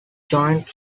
joint